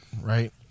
right